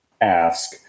ask